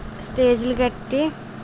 స్టేజ్లు కట్టి